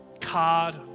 card